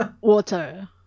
water